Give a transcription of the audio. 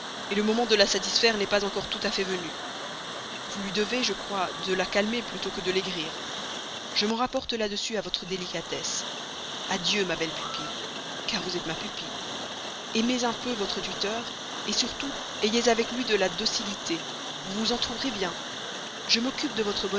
impatience le moment de la satisfaire n'est pas encore tout à fait venu vous lui devez je crois de la calmer plutôt que de l'aigrir je m'en rapporte là-dessus à votre délicatesse adieu ma belle pupille car vous êtes ma pupille aimez un peu votre tuteur surtout ayez avec lui de la docilité vous vous en trouverez bien je m'occupe de votre